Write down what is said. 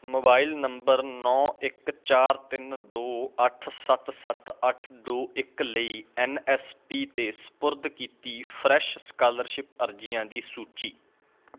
mobile number ਨੌ ਇੱਕ ਚਾਰ ਤਿੰਨ ਦੋ ਅੱਠ ਸੱਤ ਸੱਤ ਅੱਠ ਦੋ ਇੱਕ ਲਈ ਐੱਨ ਐੱਸ ਪੀ 'ਤੇ ਸਪੁਰਦ ਕੀਤੀ ਗਈ ਫਰੈਸ਼ ਸਕਾਲਰਸ਼ਿਪ ਅਰਜ਼ੀਆਂ ਦੀ ਸੂਚੀ